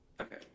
Okay